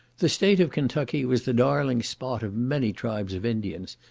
the state of kentucky was the darling spot of many tribes of indians,